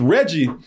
Reggie